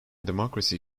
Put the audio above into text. democracy